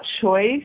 choice